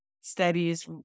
studies